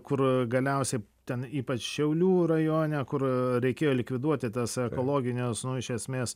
kur galiausiai ten ypač šiaulių rajone kur reikėjo likviduoti tas ekologiniues iš esmės